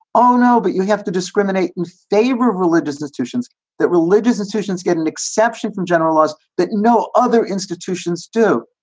oh, no, but you have to discriminate. and they were religious institutions that religious institutions get an exception from general laws that no other institutions do.